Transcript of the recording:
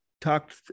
talked